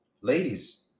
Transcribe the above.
Ladies